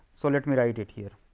so, let me write it here.